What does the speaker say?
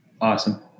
Awesome